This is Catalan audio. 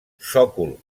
sòcol